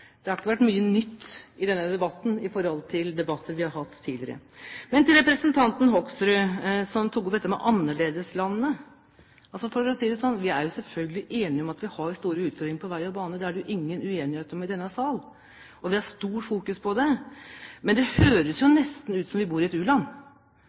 Det har ikke vært mye nytt i denne debatten i forhold til debatter vi har hatt tidligere. Men til representanten Hoksrud, som tok opp dette med annerledeslandet. For å si det sånn: Vi er jo selvfølgelig enige om at vi har store utfordringer på vei og bane. Det er det ingen uenighet om i denne sal. Vi har stort fokus på det. Men det høres